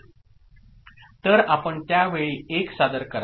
आता आपण त्यावेळी 1 सादर करा